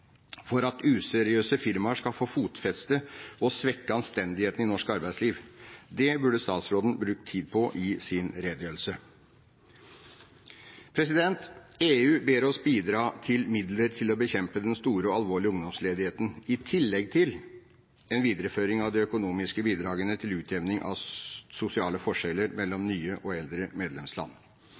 for at useriøse firmaer skal få fotfeste og svekke anstendigheten i norsk arbeidsliv. Det burde statsråden brukt tid på i sin redegjørelse. EU ber oss bidra med midler til å bekjempe den store og alvorlige ungdomsledigheten, i tillegg til en videreføring av de økonomiske bidragene til utjevning av sosiale forskjeller mellom nye og eldre medlemsland.